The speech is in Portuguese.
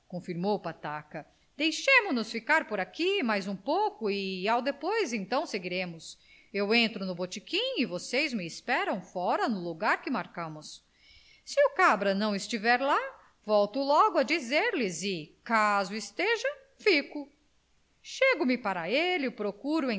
confirmou o pataca deixemo-nos ficar por aqui mais um pouco e ao depois então seguiremos eu entro no botequim e vocês me esperam fora no lugar que marcamos se o cabra não estiver lá volto logo a dizer-lhes e caso esteja fico chego me para ele procuro